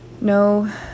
no